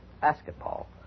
basketball